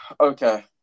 Okay